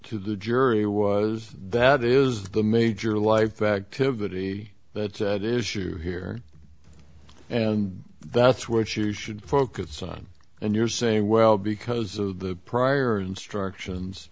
to the jury was that is the major life activity that said issue here and that's what you should focus on and you're saying well because of the prior instructions